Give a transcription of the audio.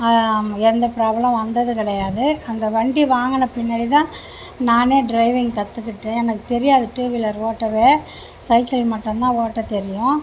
எந்த ப்ராப்ளம் வந்தது கிடையாது அந்த வண்டி வாங்கின பின்னாடிதான் நான் ட்ரைவிங் கற்றுக்கிட்டேன் எனக்குத் தெரியாது டூ வீலர் ஓட்டவே சைக்கிள் மட்டும்தான் ஓட்ட தெரியும்